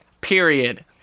Period